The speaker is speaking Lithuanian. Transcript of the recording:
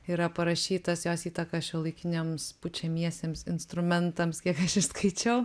yra parašytas jos įtaką šiuolaikiniams pučiamiesiems instrumentams kiek aš išskaičiau